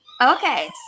Okay